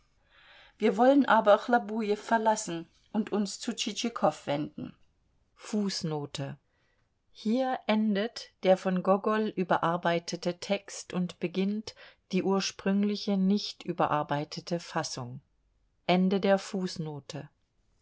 wir wollen aber chlobujew verlassen und uns zu tschitschikow wenden hier endet der von gogol überarbeitete text und beginnt die ursprüngliche nicht überarbeitete fassung